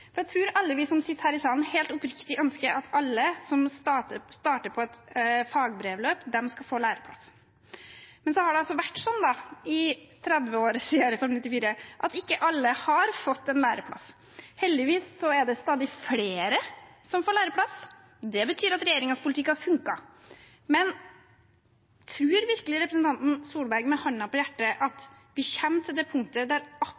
Jeg tror alle vi som sitter her i salen, helt oppriktig ønsker at alle som starter på et fagbrevløp, skal få læreplass. Men så har det vært sånn i 30 år siden Reform 94 at ikke alle har fått en læreplass. Heldigvis er det stadig flere som får læreplass. Det betyr at regjeringens politikk har fungert. Men tror virkelig representanten Tvedt Solberg, med hånden på hjertet, at vi kommer til det punktet der